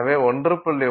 1 1